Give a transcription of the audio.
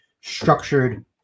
structured